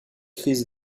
crise